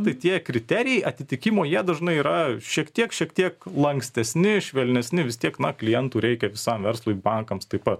tai tie kriterijai atitikimo jie dažnai yra šiek tiek šiek tiek lankstesni švelnesni vis tiek na klientų reikia visam verslui bankams taip pat